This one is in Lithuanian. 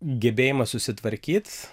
gebėjimas susitvarkyt